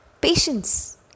Patience